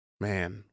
Man